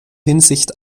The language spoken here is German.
hinsicht